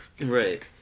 Right